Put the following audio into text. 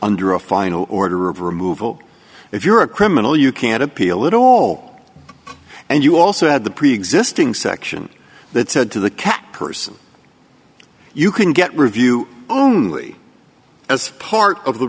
under a final order of removal if you're a criminal you can't appeal it all and you also have the preexisting section that said to the cat person you can get review only as part of the